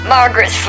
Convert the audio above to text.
Margaret